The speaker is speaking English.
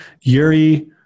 Yuri